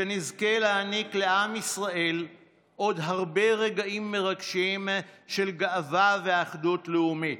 שנזכה להעניק לעם ישראל עוד הרבה רגעים מרגשים של גאווה ואחדות לאומית,